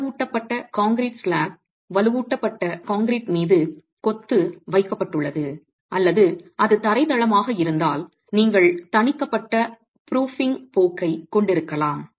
வலுவூட்டப்பட்ட concrete slab வலுவூட்டப்பட்ட concrete மீது கொத்து வைக்கப்பட்டுள்ளது அல்லது அது தரை தளமாக இருந்தால் நீங்கள் தணிக்கப்பட்ட ப்ரூஃபிங் போக்கைக் கொண்டிருக்கலாம்